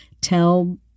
tell